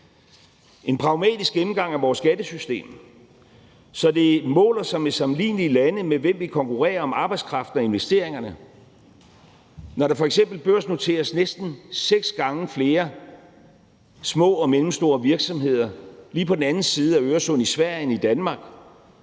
en pragmatisk gennemgang af vores skattesystem, så det måler sig med sammenlignelige lande, med hvem vi konkurrerer om arbejdskraften og investeringerne, for når der f.eks. børsnoteres næsten seks gange flere små og mellemstore virksomheder lige på den anden side af Øresund i Sverige end i Danmark,